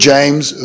James